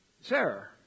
Sarah